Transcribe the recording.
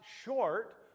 short